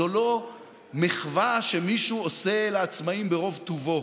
זו לא מחווה שמישהו עושה לעצמאים ברוב טובו.